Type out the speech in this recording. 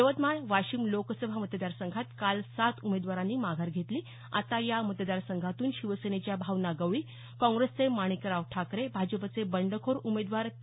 यवतमाळ वाशिम लोकसभा मतदारसंघात काल सात उमेदवारांनी माघार घेतली आता या मतदारसंघातून शिवसेनेच्या भावना गवळी काँग्रेसचे माणिकराव ठाकरे भाजपाचे बंडखोर उमेदवार पी